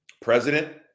President